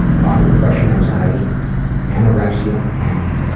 about her depression, anxiety, and anorexia, and ah,